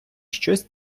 щось